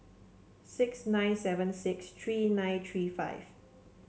six nine seven six three nine three five